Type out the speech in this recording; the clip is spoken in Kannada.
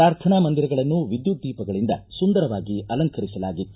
ಪ್ರಾರ್ಥನಾ ಮಂದಿರಗಳನ್ನು ವಿದ್ಯುದ್ದೀಪಗಳಿಂದ ಸುಂದರವಾಗಿ ಅಲಂಕರಿಸಲಾಗಿತ್ತು